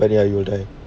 but you will die